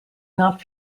not